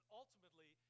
ultimately